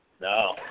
No